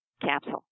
capsule